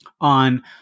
On